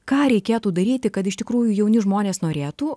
ką reikėtų daryti kad iš tikrųjų jauni žmonės norėtų